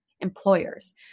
employers